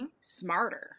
smarter